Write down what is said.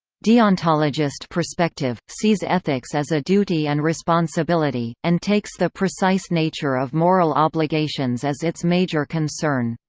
deontologist perspective sees ethics as a duty and responsibility, and takes the precise nature of moral obligations as its major concern.